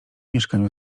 mieszkaniu